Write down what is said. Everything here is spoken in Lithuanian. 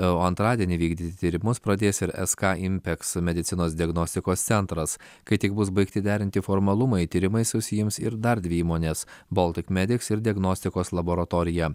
o antradienį vykdyti tyrimus pradės ir sk impeks medicinos diagnostikos centras kai tik bus baigti derinti formalumai tyrimais užsiims ir dar dvi įmonės baltic medics ir diagnostikos laboratorija